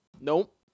Nope